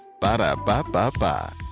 Ba-da-ba-ba-ba